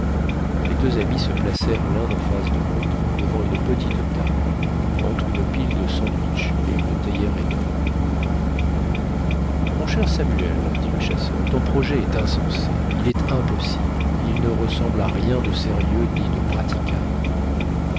les deux amis se placèrent l'un en face de l'autre devant une petite table entre une pile de sandwichs et une théière énorme mon cher samuel dit le chasseur ton projet est insensé il est impossible il ne ressemble à rien de sérieux ni de praticable